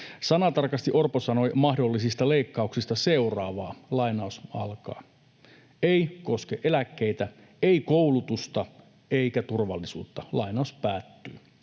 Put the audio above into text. Sanatarkasti Orpo sanoi mahdollisista leikkauksista seuraavaa: ”Ei koske eläkkeitä, ei koulutusta eikä turvallisuutta.” Orpo myös